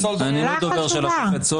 אני לא הדובר של השופט סולברג.